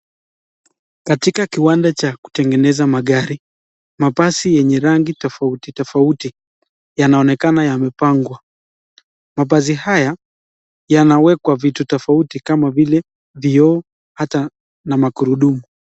Katika kiwanda cha kutengeneza magari mabasi yenye rangi tofauti tofauti yanaonekana yamepangwa. Mabasi haya yanawekwa vitu tofauti kama vile vioo hata na magurudumu.